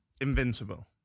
invincible